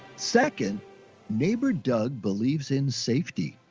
second neighbor, doug believes in safety.